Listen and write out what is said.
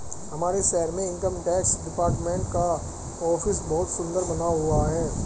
हमारे शहर में इनकम टैक्स डिपार्टमेंट का ऑफिस बहुत सुन्दर बना हुआ है